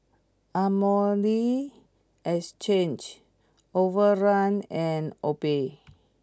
Armani Exchange Overrun and Obey